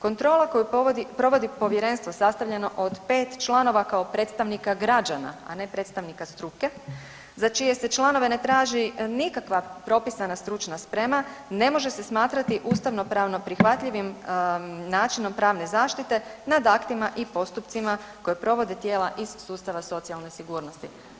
Kontrola koju provodi povjerenstvo sastavljeno od 5 članova kao predstavnika građana, a ne predstavnika struke za čije se članove ne traži nikakva propisana stručna sprema ne može se smatrati ustavnopravno prihvatljivim načinom pravne zaštite nad aktima i postupcima koje provode tijela iz sustava socijalne sigurnosti.